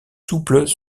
souples